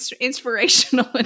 Inspirational